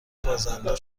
بازنده